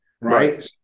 Right